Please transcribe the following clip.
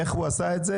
איך הוא עשה את זה?